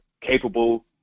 Capable